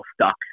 stuck